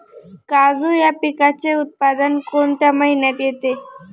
काजू या पिकाचे उत्पादन कोणत्या महिन्यात येते?